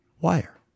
wire